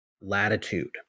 latitude